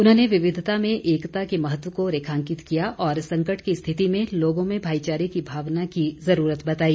उन्होंने विविधता में एकता के महत्व को रेखांकित किया और संकट की स्थिति में लोगों में भाईचारे की भावना की जरूरत बताई